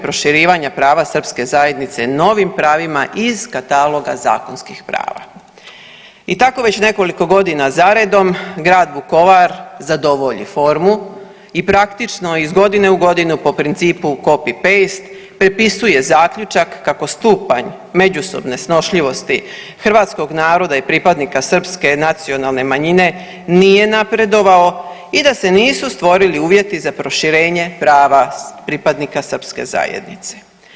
proširivanja prava srpske zajednice novim pravima iz kataloga zakonskih prava i tako već nekoliko godina za redom grad Vukovar zadovolji formu i praktično iz godine u godinu po principu copy-paste prepisuje zaključak kako stupanj međusobne snošljivosti hrvatskog naroda i pripadnika srpske nacionalne manjine nije napredovao i da se nisu stvorili uvjeti za proširenje prava pripadnika srpske zajednice.